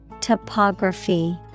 Topography